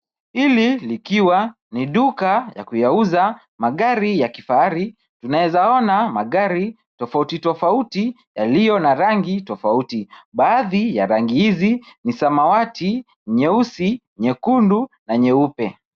Hili likiwa ni duka ya kuyauza magari ya kifahari. Tunawezaona magari tofauti tofauti yaliyo na rangi tofauti baadhi ya rangi hizi ni samawati, nyeusi, nyekundu na nyeupe.